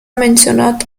menționat